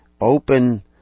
open